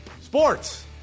Sports